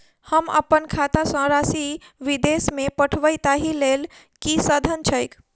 हम अप्पन खाता सँ राशि विदेश मे पठवै ताहि लेल की साधन छैक?